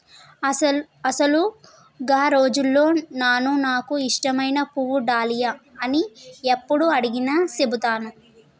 అసలు గా రోజుల్లో నాను నాకు ఇష్టమైన పువ్వు డాలియా అని యప్పుడు అడిగినా సెబుతాను